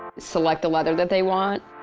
select the leather that they want,